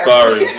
Sorry